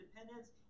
independence